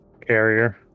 Carrier